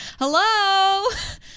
Hello